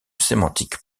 sémantique